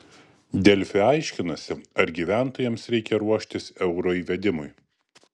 delfi aiškinasi ar gyventojams reikia ruoštis euro įvedimui